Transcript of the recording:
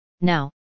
Now